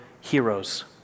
heroes